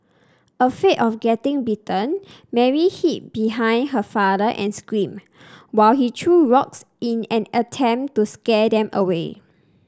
afraid of getting bitten Mary hid behind her father and screamed while he threw rocks in an attempt to scare them away